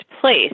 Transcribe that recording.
place